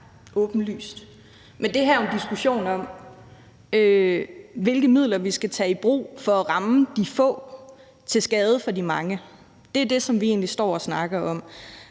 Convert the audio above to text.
åbenlyst ikke. Men det her er jo en diskussion om, hvilke midler vi skal tage i brug for at ramme de få til skade for de mange. Det er det, som vi egentlig står og snakker om.